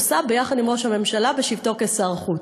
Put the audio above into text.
עושה ביחד עם ראש הממשלה בשבתו כשר חוץ.